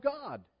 God